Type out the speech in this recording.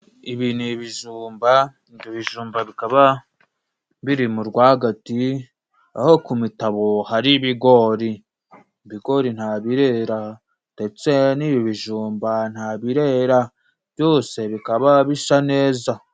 Ibi ni ibijumba, ibijumba bikaba biri mu rwagati, aho ku mitabobo hari ibigori. Ibikori nta birera, ndetse n'ibiibijumba nta birera. Byose bikaba bisa neza.